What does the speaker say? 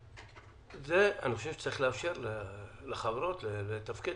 אני חושב שצריך לאפשר לחברות לתפקד